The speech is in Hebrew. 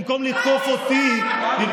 במקום לתקוף אותי,